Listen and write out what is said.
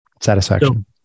Satisfaction